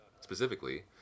specifically